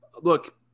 look